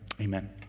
Amen